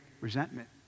resentment